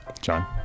John